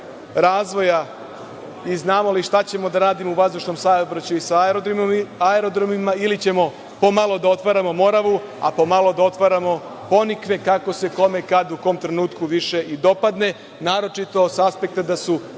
i znamo li šta ćemo da radimo u vazdušnom saobraćaju i sa aerodromima, ili ćemo pomalo da otvaramo Moravu, a pomalo da otvaramo Ponikve, kako se kome, kad, u kom trenutku više dopadne, naročito sa aspekta da su